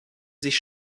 sich